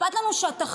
אכפת לנו שהתחרות,